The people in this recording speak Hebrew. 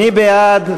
מי בעד?